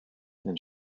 and